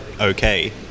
okay